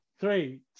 Three